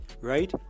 Right